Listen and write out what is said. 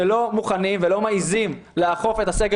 שלא מוכנים ולא מעזים לאכוף את הסגר